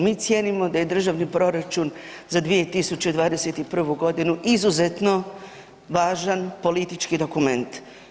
Mi cijenimo da je Državni proračun za 2021.g. izuzetno važan politički dokument.